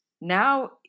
Now